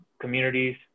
communities